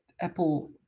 Apple